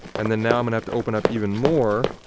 and then now i'm gonna have to open up even more